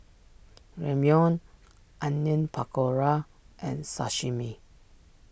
Ramyeon Onion Pakora and Sashimi